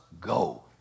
go